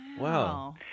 Wow